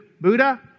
Buddha